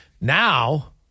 Now